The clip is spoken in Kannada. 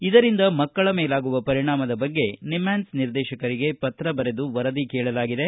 ಇದರಿಂದ ಮಕ್ಕಳ ಮೇಲಾಗುವ ಪರಿಣಾಮದ ಬಗ್ಗೆ ನಿಮ್ಹಾನ್ಲ್ ನಿರ್ದೇಶಕರಿಗೆ ಪತ್ರ ಬರೆದು ವರದಿ ಕೇಳಲಾಗಿದೆ